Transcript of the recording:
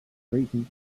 creighton